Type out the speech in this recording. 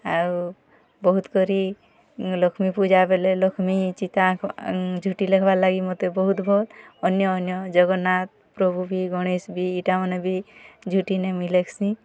ଆଉ ବହୁତ କରି ଲକ୍ଷ୍ମୀ ପୂଜା ବୋଲେ ଲକ୍ଷ୍ମୀ ଚିତା ଆଙ୍କି ଝୋଟି ଲେଖିବା ଲାଗି ମତେ ବହୁତ୍ ବହୁତ୍ ଅନ୍ୟ ଅନ୍ୟ ଜଗନ୍ନାଥ ପ୍ରଭୁ ବି ଗଣେଷ ବି ଏଇଟା ମାନେ ବି ଝୋଟି ନାଇ ମୁଁଇ ଲେଖ୍ସି